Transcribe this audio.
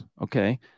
okay